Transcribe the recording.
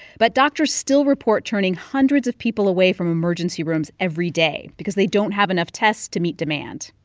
but doctors still report turning hundreds of people away from emergency rooms every day because they don't have enough tests to meet demand.